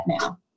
now